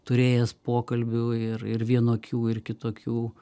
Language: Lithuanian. turėjęs pokalbių ir ir vienokių ir kitokių